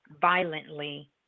violently